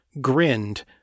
grinned